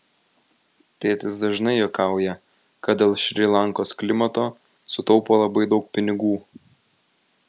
tėtis dažnai juokauja kad dėl šri lankos klimato sutaupo labai daug pinigų